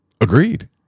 Agreed